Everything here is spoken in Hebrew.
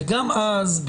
וגם אז,